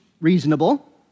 reasonable